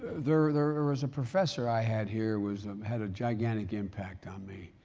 there, there, there was a professor i had here was a, had a gigantic impact on me.